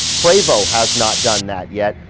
prevo has not done that yet.